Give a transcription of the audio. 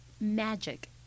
magic